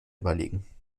überlegen